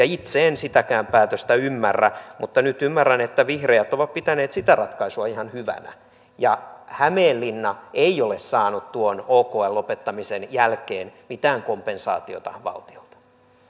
itse en sitäkään päätöstä ymmärrä mutta nyt ymmärrän että vihreät ovat pitäneet sitä ratkaisua ihan hyvänä ja hämeenlinna ei ole saanut tuon okln lopettamisen jälkeen mitään kompensaatiota valtiolta